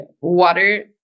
water